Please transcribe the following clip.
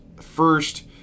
first